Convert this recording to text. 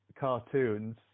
cartoons